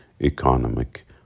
Economic